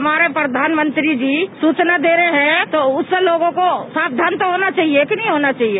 हमारे प्रधानमंत्री जी सूचना दे रहे हैं तो उससे लोगों को सावधान तो होना चाहिए कि नहीं होना चाहिए